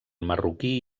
marroquí